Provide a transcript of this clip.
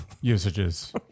usages